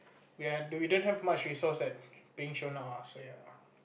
we are we don't have much resource being shown out so ya